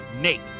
Nate